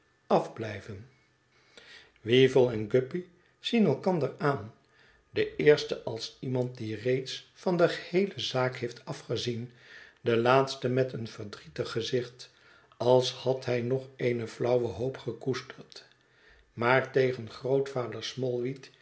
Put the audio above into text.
afblijven weevle en guppy zien elkander aan de eerste als iemand die reeds van de geheele zaak heeft afgezien de laatste met een verdrietig gezicht als had hij nog eene flauwe hoop gekoesterd maar tegen grootvader